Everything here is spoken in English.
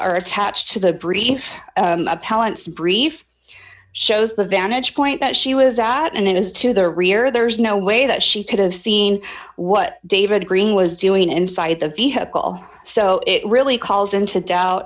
are attached to the brief appellant's brief shows the vantage point that she was at and it is to the rear there is no way that she could have seen what david greene was doing inside the vehicle so it really calls into doubt